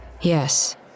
Yes